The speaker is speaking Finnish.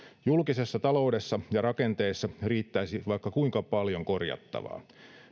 julkisessa taloudessa ja rakenteessa riittäisi vaikka kuinka paljon korjattavaa